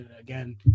again